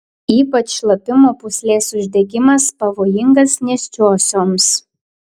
ypač šlapimo pūslės uždegimas pavojingas nėščiosioms